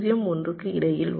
1 க்கு இடையில் உள்ளது